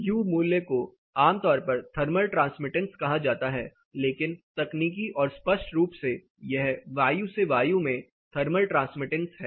U मूल्य को आमतौर पर थर्मल ट्रांसमिटेंस कहा जाता है लेकिन तकनीकी और स्पष्ट रूप से यह वायु से वायु में थर्मल ट्रांसमिटेंस है